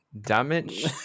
damage